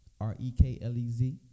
R-E-K-L-E-Z